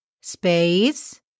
space